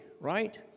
right